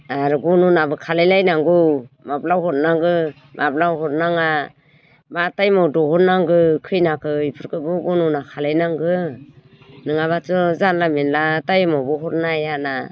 आरो गन'नाबो खालामलायनांगौ माब्ला हरनांगौ माब्ला हरनाङा मा टाइमाव दिहुननांगौ खैनाखौ बेफोरखौबो गन'ना खालायनांगोन नङाबाथ' जानला मानला टाइमावबो हरनो हाया ना